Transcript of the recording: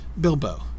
Bilbo